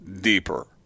deeper